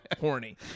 horny